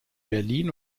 berlin